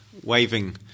waving